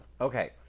Okay